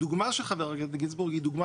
הדוגמה של חבר הכנסת גינזבורג היא דוגמה